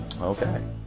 Okay